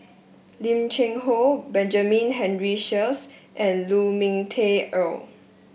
Lim Cheng Hoe Benjamin Henry Sheares and Lu Ming Teh Earl